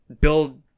build